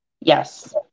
Yes